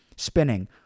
Spinning